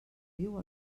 viu